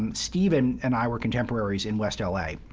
stephen and i were contemporaries in west l a,